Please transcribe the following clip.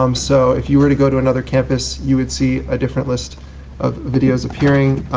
um so if you were to go to another campus you would see a different list of videos appearing.